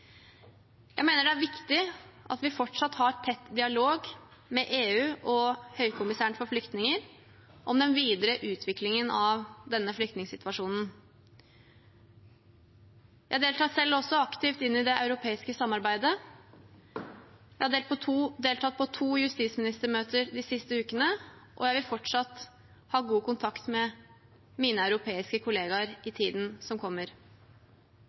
Jeg mener det er viktig at vi fortsatt har tett dialog med EU og Høykommissæren for flyktninger om den videre utviklingen av denne flyktningsituasjonen. Jeg deltar selv aktivt inn i det europeiske samarbeidet. Jeg har deltatt på to justisministermøter de siste ukene, og jeg vil fortsatt ha god kontakt med mine europeiske kollegaer i tiden som kommer.